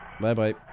Bye-bye